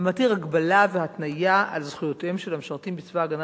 המתיר הגבלה והתניה על זכויותיהם של המשרתים בצבא-הגנה